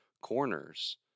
corners